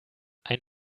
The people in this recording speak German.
ein